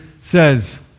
says